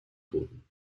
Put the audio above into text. booten